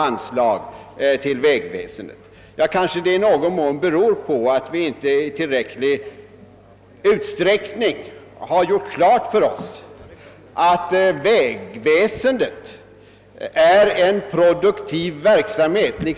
Ja, i någon mån beror det kanske på att vi inte haft riktigt klart för oss att vägväsendet är en produktiv verksamhet.